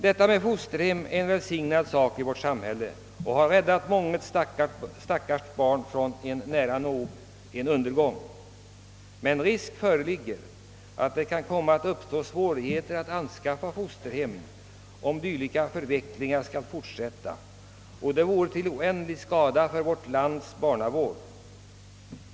Detta med fosterhem är en välsignad sak i vårt samhälle och har räddat många stackars barn från nära nog undergång, men risk föreligger att det kan komma att uppstå svårigheter att skaffa fosterhem om dylika förvecklingar skall fortsätta. Det skulle vara till oändlig skada för vårt lands barnavård.